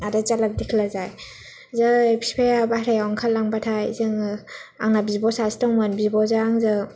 आरो झलाक दिक्लाजा जै बिफाया बाहेरायाव ओंखारलांबाथाय जोङो आंहा बिब' सासे दंमोन बिब'जों आंजों